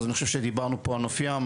אני חושב שדיברנו פה על נוף ים,